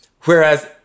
Whereas